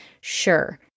sure